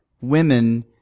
women